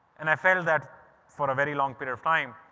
and i felt that for a very long period of time,